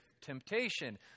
temptation